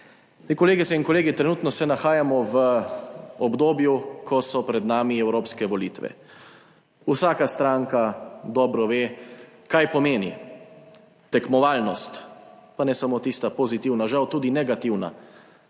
Kolegice in kolegi, trenutno se nahajamo v obdobju, ko so pred nami evropske volitve. Vsaka stranka dobro ve, kaj pomeni tekmovalnost, pa ne samo tista pozitivna, žal tudi negativna.